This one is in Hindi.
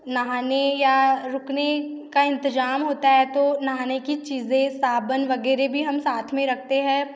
नहाने या रुकने का इंतज़ाम होता है तो नहाने की चीज़ें साबुन वग़ैरह भी हम साथ में रखते हैं और